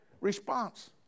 response